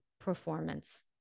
performance